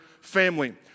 family